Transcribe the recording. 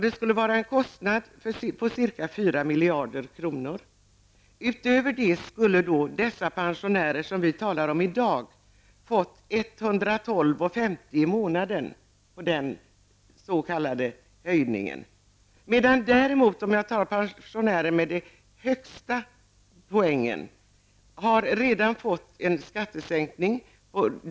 Det skulle då ha varit fråga om en kostnad i storleksordning 4 miljarder kronor. Därutöver skulle de pensionärer som vi i dag talar om ha fått en s.k. höjning med 112:50 i månaden. Pensionärer med den högsta poängen har däremot redan fått en skattesänkning.